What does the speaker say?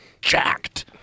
jacked